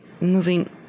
Moving